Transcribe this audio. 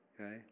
okay